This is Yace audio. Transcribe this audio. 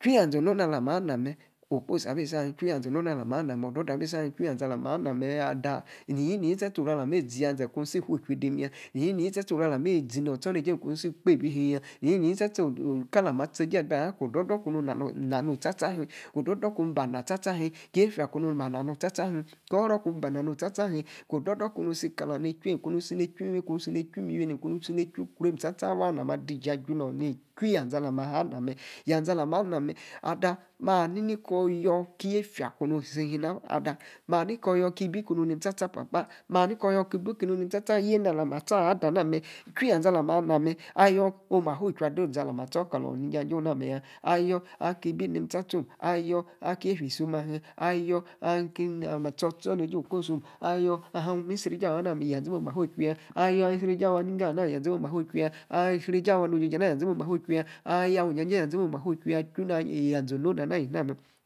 chwi niah. zee. ononah. alah ma nah mer. okposi abi si alum. chui. niae zee. alah ma. nah. odo-dor abi-si-him. chwi yazee. alah ma nah. ada. ni-ni. sta-sta oru alah mi. zeya-zee. ku tie fuu-chwi dim yaa. ni-ni yii. sta-sta. oru alah mi izi. nor ostomejie ku-si kpebi him. iyi-yie sta-sta kala-ma tie-jie ada. aya. kor odo-dor. kumu na. no-sta-sta. luim. odo-dor ku ba niah sta-sta. luin. yefia. kunu baniah. nor osta-sta him. oru. ba niah sta-sta luim. k-odo-dor kunu si. kalemi ne-echume. kumi si ne-echu miwinemim. kunu si ne-echu. ukrom. sta-sta. waa. na ma diji ajumor. ichw. niah zee. alah. ma aha. hamier ada. ma hani koryor kie yefia. kunu si luin nah. ada ma-ha ni-koyor. kibi kumu nim sta-sta-yiena. alah. stor. aha. ada na mer. chwi. yazee alah. ma. anah mer. ayor ku-oma fuu chwi achi. izi alah ma stor kalon. ni-jajo-oh na mega. ayor aki. ibi nim sta-sta om ayor aki yefia isom. ahim ayor, alah ma. stor ostornejie. okposom ayor. ahim oh mi cri-eje awana. yazime oh ma fuu-chwi ya. ayor him cri-ejie awa. niggo ama. yazee mem oh ma fuu chwi ya. ahim cri-ejie awa. no-ojo-jo ana. ya zenem oh ma fuu-chwi. aya. awi ija-jie ya-zee mem. oh ma fuu-chwi ya. ichu-na ya-zee ononah. ana